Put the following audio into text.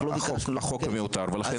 אנחנו לא ביקשנו --- החוק הוא מיותר ולכן